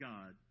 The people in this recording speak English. God